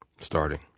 starting